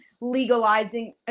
legalizing